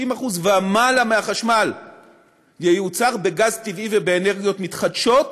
90% ומעלה מהחשמל ייוצרו בגז טבעי ובאנרגיות מתחדשות,